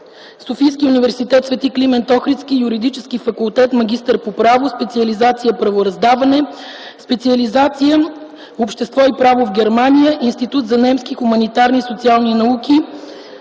Софийския университет „Св. Климент Охридски”, Юридически факултет, магистър по право, специализация „Правораздаване”, специализация „Общество и право” в Германия, Институт за немски хуманитарни и социални науки,